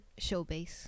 Showbase